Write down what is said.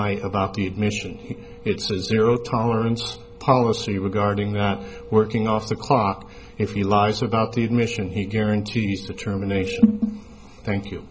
lie about the admission it's a zero tolerance policy regarding not working off the clock if he lies about the admission he guarantees determination thank you